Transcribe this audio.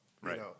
Right